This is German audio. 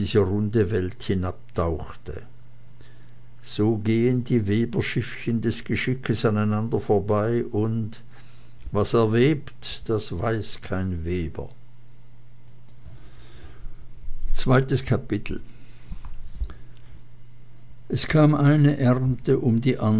runde welt hinabtauchte so gehen die weberschiffchen des geschickes aneinander vorbei und was er webt das weiß kein weber es kam eine ernte um die